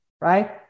right